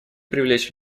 привлечь